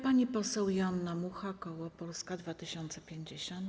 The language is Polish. Pani poseł Joanna Mucha, koło Polska 2050.